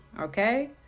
okay